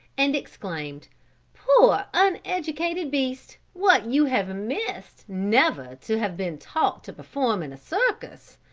and exclaimed poor uneducated beast, what you have missed, never to have been taught to perform in a circus.